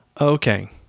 okay